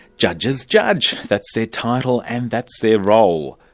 judges judge. that's their title and that's their role.